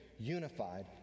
Unified